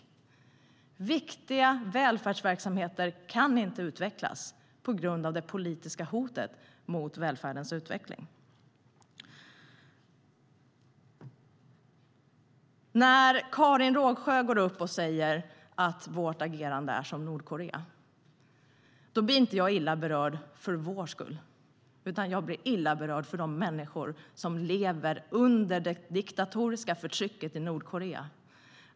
Viktiga välfärdsverksamheter kan inte utvecklas på grund av det politiska hotet mot välfärdens utveckling. När Karin Rågsjö går upp och säger att vårt agerande är som Nordkoreas blir jag inte illa berörd för vår skull. Jag blir illa berörd för de människors skull som lever under det diktatoriska förtrycket i Nordkorea.